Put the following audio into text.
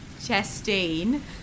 Justine